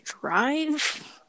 drive